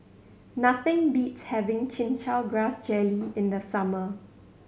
nothing beats having Chin Chow Grass Jelly in the summer